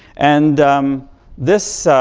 and this